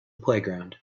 playground